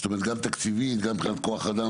זאת אומרת גם תקציבית, גם מבחינת כוח והכול?